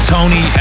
Tony